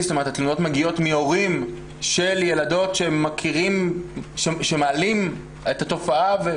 זאת אומרת התלונות מגיעות מהורים של ילדות שמעלים את התופעה.